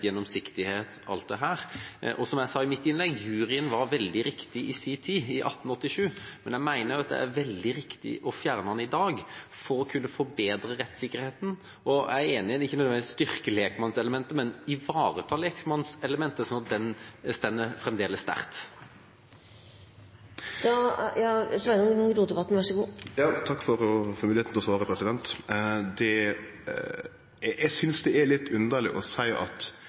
gjennomsiktighet, alt dette, og som jeg sa i mitt innlegg: Juryen var veldig riktig i sin tid, i 1887, men jeg mener at det er veldig riktig å fjerne den i dag for å kunne forbedre rettssikkerheten. Jeg er enig i at man ikke nødvendigvis styrker lekmannselementet, men ivaretar lekmannselementet, slik at det fremdeles står sterkt. Eg synest det er litt underleg å seie at